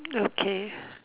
okay